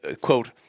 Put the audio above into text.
quote